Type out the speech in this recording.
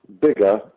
bigger